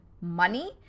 money